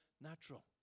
natural